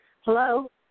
Hello